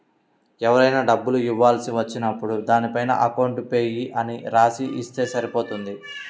ఎవరికైనా డబ్బులు ఇవ్వాల్సి వచ్చినప్పుడు దానిపైన అకౌంట్ పేయీ అని రాసి ఇస్తే సరిపోతుంది